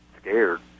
scared